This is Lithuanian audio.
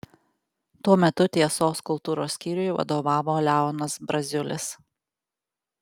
tuo metu tiesos kultūros skyriui vadovavo leonas braziulis